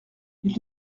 ils